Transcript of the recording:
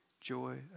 joy